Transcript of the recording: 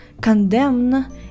condemn